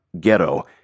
Ghetto